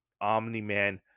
Omni-Man